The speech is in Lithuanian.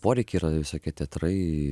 poreikiai yra visokie teatrai